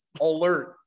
Alert